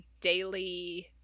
daily